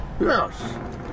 yes